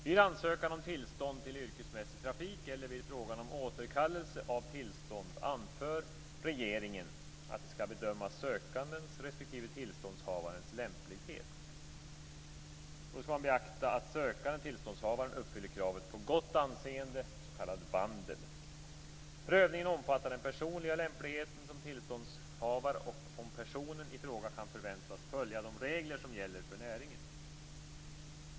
Vid ansökan om tillstånd till yrkesmässig trafik eller vid frågan om återkallelse av tillstånd anför regeringen att man skall bedöma sökandens respektive tillståndshavarens lämplighet. Då skall man beakta att den sökande tillståndshavaren uppfyller kravet på gott anseende, s.k. vandel. Prövningen omfattar den personliga lämpligheten som tillståndshavare och om personen i fråga kan förväntas följa de regler som gäller för näringen.